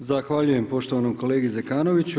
Zahvaljujem poštovanom kolegi Zekanoviću.